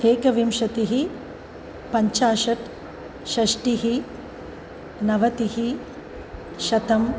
एकविंशतिः पञ्चाशत् षष्टिः नवतिः शतम्